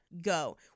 go